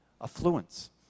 affluence